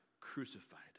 crucified